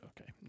okay